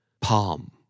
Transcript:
palm